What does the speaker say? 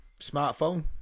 smartphone